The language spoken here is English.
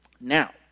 Now